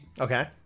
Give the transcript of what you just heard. okay